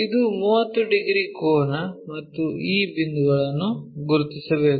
ಇದು 30 ಡಿಗ್ರಿ ಕೋನ ಮತ್ತು ಈ ಬಿಂದುಗಳನ್ನು ಗುರುತಿಸಬೇಕು